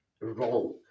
wrong